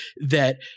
that-